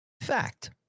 fact